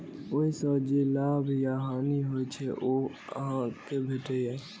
ओइ सं जे लाभ या हानि होइ छै, ओ अहां कें भेटैए